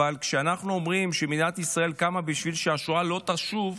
אבל כשאנחנו אומרים שמדינת ישראל קמה בשביל שהשואה לא תשוב,